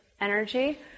energy